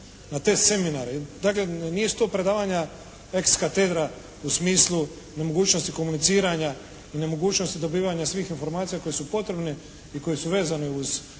na te seminare. Dakle, nisu to predavanja ex katedra u smislu nemogućnosti komuniciranja i nemogućnosti dobivanja svih informacija koje su potrebne i koje su vezane uz